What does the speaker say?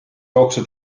jooksu